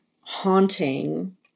haunting